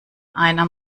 einer